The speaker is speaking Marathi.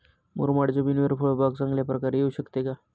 मुरमाड जमिनीवर फळबाग चांगल्या प्रकारे येऊ शकते का?